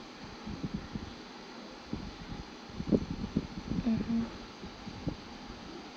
mmhmm